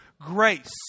grace